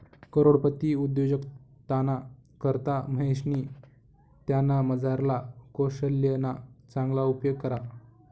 करोडपती उद्योजकताना करता महेशनी त्यानामझारला कोशल्यना चांगला उपेग करा